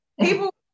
People